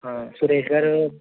సురేష్ గారు